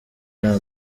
nta